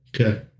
Okay